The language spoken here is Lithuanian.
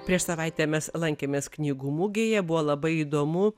prieš savaitę mes lankėmės knygų mugėje buvo labai įdomu